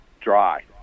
dry